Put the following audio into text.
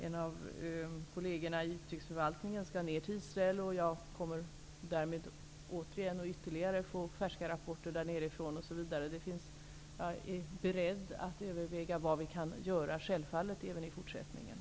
En av kollegerna i utrikesförvaltningen skall åka ner till Israel. Jag kommer därmed att återigen få färska rapporter därifrån osv. Jag är självfallet även i fortsättningen beredd att överväga vad vi kan göra.